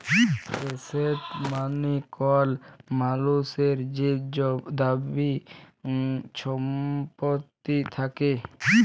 asset মালে কল মালুসের যে দামি ছম্পত্তি থ্যাকে